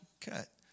cut